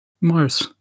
Mars